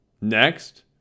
Next